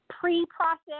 pre-process